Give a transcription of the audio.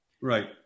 Right